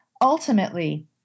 ultimately